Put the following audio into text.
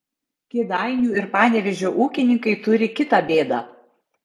kėdainių ir panevėžio ūkininkai turi kitą bėdą